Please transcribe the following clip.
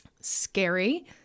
scary